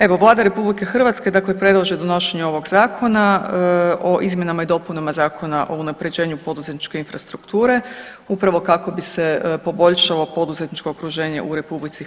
Evo, Vlada RH dakle predlaže donošenje ovog Zakona o izmjenama i dopunama Zakona o unapređenju poduzetničke infrastrukture upravo kako bi se poboljšalo poduzetničko okruženje u RH.